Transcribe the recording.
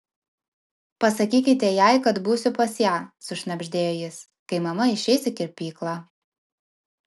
pasakykite jai kad būsiu pas ją sušnabždėjo jis kai mama išeis į kirpyklą